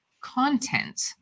content